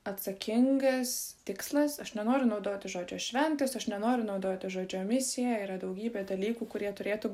atsakingas tikslas aš nenoriu naudoti žodžio šventas aš nenoriu naudoti žodžio misija yra daugybė dalykų kurie turėtų